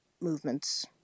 movements